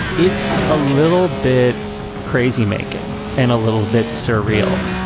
it's a little bit crazy making and a little bit surreal.